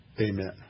Amen